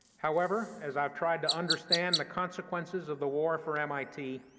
however, as i've tried to understand the consequences of the war for mit,